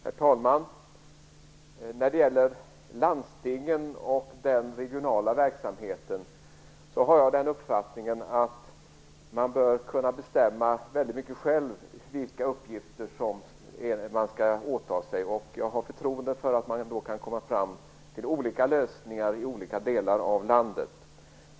Herr talman! När det gäller landstingen och den regionala verksamheten har jag den uppfattningen att man bör kunna bestämma väldigt mycket själv vilka uppgifter som man skall åta sig. Jag har förtroende för att man då kan komma fram till olika lösningar i olika delar av landet.